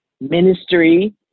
ministry